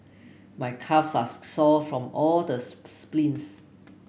my calves are sore from all the sprints